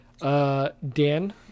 Dan